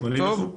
נשמע לי נכון.